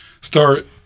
start